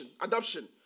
adoption